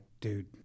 dude